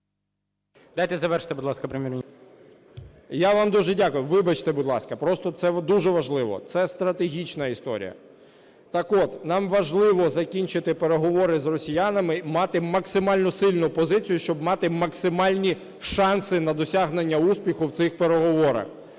Дайте завершити, будь ласка, Прем'єр-міністру. ГОНЧАРУК О.В. Я вам дуже дякую. Вибачте, будь ласка. Просто це дуже важливо. Це стратегічна історія. Так от, нам важливо закінчити переговори з росіянами і мати максимально сильну позицію, щоб мати максимальні шанси на досягнення успіху в цих переговорах.